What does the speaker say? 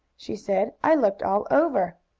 she said. i looked all over.